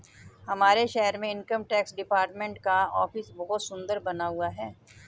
हमारे शहर में इनकम टैक्स डिपार्टमेंट का ऑफिस बहुत सुन्दर बना हुआ है